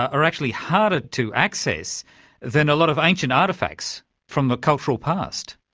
are actually harder to access than a lot of ancient artefacts from the cultural past.